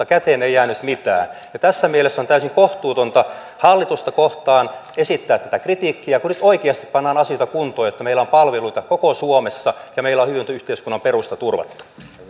käteen ei jäänyt mitään tässä mielessä on täysin kohtuutonta hallitusta kohtaan esittää tätä kritiikkiä kun nyt oikeasti pannaan asioita kuntoon jotta meillä on palveluita koko suomessa ja meillä on hyvinvointiyhteiskunnan perusta turvattu